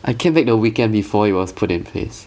I came back the weekend before it was put in place